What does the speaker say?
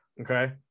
Okay